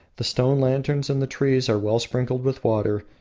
the stone lanterns and the trees are well sprinkled with water,